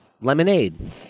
lemonade